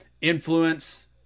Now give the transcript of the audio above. influence